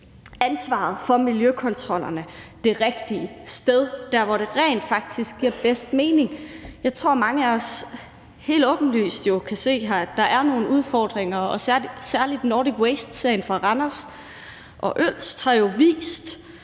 ansvaret for miljøkontrollerne det rigtige sted – der, hvor det rent faktisk giver bedst mening. Jeg tror, at mange af os helt åbenlyst jo kan se, at der er nogle udfordringer, og særlig Nordic Waste-sagen fra Randers og Ølst har jo vist,